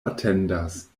atendas